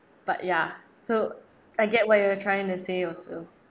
but ya so I get what you are trying to say also